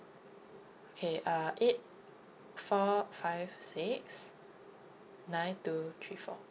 okay uh eight four five six nine two three four